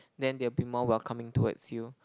then they will be more welcoming towards you